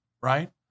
right